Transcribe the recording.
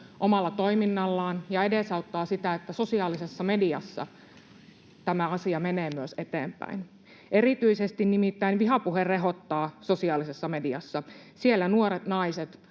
omalla toiminnallaan ja edesauttaa sitä, että sosiaalisessa mediassa tämä asia menee myös eteenpäin. Nimittäin erityisesti vihapuhe rehottaa sosiaalisessa mediassa. Siellä nuoret naiset,